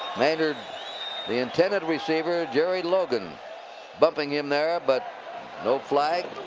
maynard the intended receiver. jerry logan bumping him there, but no flag.